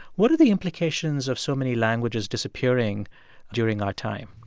what are the implications of so many languages disappearing during our time?